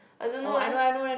I don't know eh